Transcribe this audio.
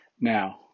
Now